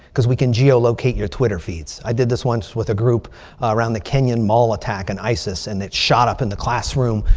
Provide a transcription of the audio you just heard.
because we can geo locate your twitter feeds. i did this once with a group around the kenyan mall attack in isis. and it shot up in the classroom.